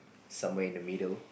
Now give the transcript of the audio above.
somewhere in the middle